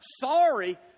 sorry